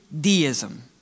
deism